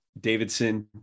Davidson